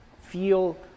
feel